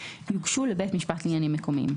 יוגשו לבית משפט לעניינים מקומיים,